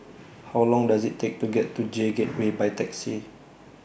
How Long Does IT Take to get to J Gateway By Taxi